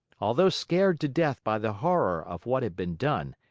although scared to death by the horror of what had been done,